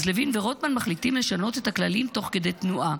אז לוין ורוטמן מחליטים לשנות את הכללים תוך כדי תנועה.